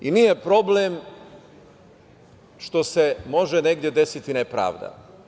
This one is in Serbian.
I nije problem što se može negde desiti nepravda.